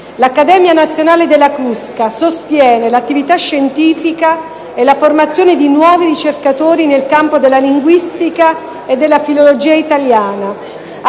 l'Accademia nazionale della Crusca sostiene l'attività scientifica e la formazione di nuovi ricercatori nel campo della linguistica e della filologia italiana,